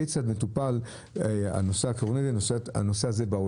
כיצד מטופל הנושא הזה בעולם,